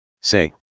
Say